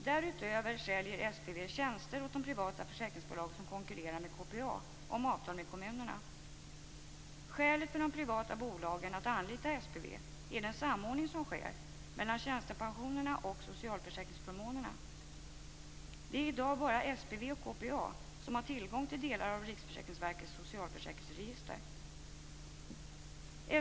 Därutöver säljer SPV tjänster åt de privata försäkringsbolag som konkurrerar med KPA om avtal med kommunerna. Skälet för de privata bolagen att anlita SPV är den samordning som sker mellan tjänstepensionerna och socialförsäkringsförmånerna. Det är i dag bara SPV och KPA som har tillgång till delar av Riksförsäkringsverkets socialförsäkringsregister.